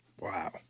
Wow